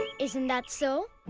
isn't that so?